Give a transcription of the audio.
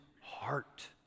heart